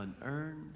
Unearned